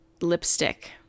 lipstick